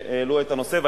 שהעלו את הנושא.